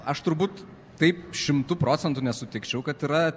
aš turbūt taip šimtu procentų nesutikčiau kad yra